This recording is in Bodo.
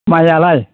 माइआलाय